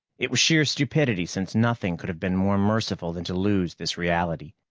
it was sheer stupidity, since nothing could have been more merciful than to lose this reality.